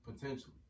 potentially